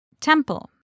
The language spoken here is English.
Temple